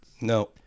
No